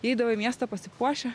eidavo į miestą pasipuošę